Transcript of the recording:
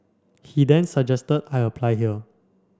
he then suggested I apply here